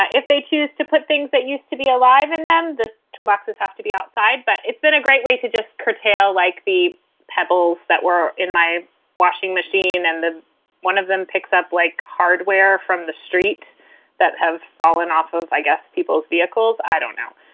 ah if they choose to put things that used to be alive and then the two boxes have to be outside. but it's been a great way to just curtail like the pebbles that were in my washing machine. and the one of them picks up like hardware from the street that have fallen off of, i guess, people's vehicles. i don't know.